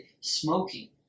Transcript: smoking